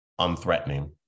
unthreatening